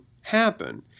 happen